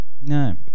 No